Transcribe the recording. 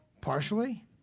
partially